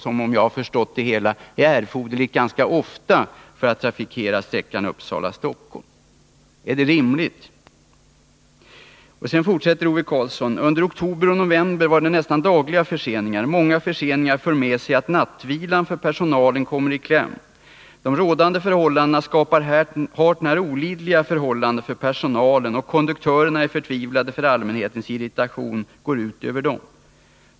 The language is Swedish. Om jag har förstått det hela rätt händer det ganska ofta när det gäller trafiken på sträckan Uppsala-Stockholm. Ove Karlsson skriver vidare: ”Under oktober och november var det nästan dagliga förseningar. Många förseningar för med sig att nattvilan för personalen kommer i kläm. De rådande förhållandena skapar hart när olidliga förhållanden för personalen, och konduktörerna är förtvivlade, för allmänhetens irritation går ut över dem.